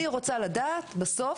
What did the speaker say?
אני רוצה לדעת בסוף,